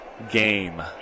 game